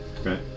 Okay